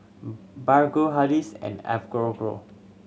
Bargo Hardy's and Enfagrow